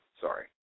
Sorry